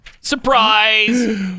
Surprise